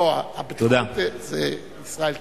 לא, הבטיחות זה ישראל כץ.